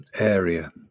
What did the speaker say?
area